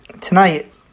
tonight